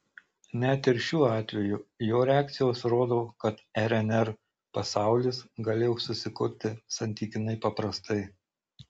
net ir šiuo atveju jo reakcijos rodo kad rnr pasaulis galėjo susikurti santykiniai paprastai